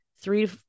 three